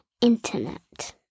Internet